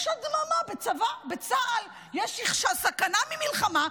יש הדממה בצבא, בצה"ל, כשיש סכנה למלחמה.